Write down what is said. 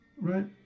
right